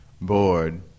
bored